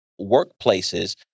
workplaces